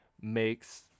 makes